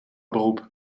beroep